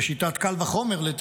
בשיטת קל וחומר, לטעמי,